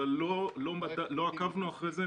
אבל לא עקבנו אחרי זה.